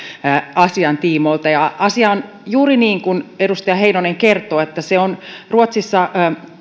asian tiimoilta ja asia on juuri niin kuin edustaja heinonen kertoi eli se ruotsissa